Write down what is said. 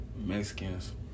Mexicans